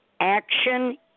Action